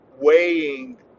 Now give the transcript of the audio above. weighing